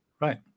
Right